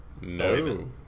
no